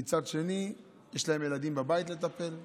ומצד שני יש להם ילדים בבית לטפל בהם,